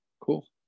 Cool